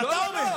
את זה אתה אומר.